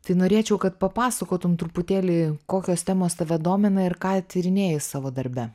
tai norėčiau kad papasakotum truputėlį kokios temos tave domina ir ką tyrinėji savo darbe